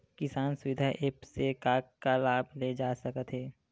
किसान सुविधा एप्प से का का लाभ ले जा सकत हे?